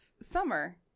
summer